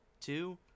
two